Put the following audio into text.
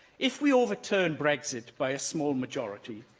if we overturn brexit by a small majority,